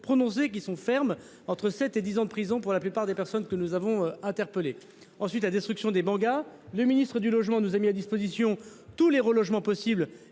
prononcés qui sont fermes. Entre 7 et 10 ans de prison pour la plupart des personnes que nous avons interpellé ensuite la destruction des Mangas. Le ministre du Logement nous a mis à disposition tous les relogements possibles